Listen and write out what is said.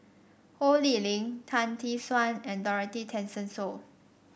Ho Lee Ling Tan Tee Suan and Dorothy Tessensohn